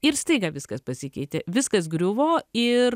ir staiga viskas pasikeitė viskas griuvo ir